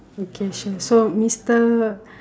okay sure so mister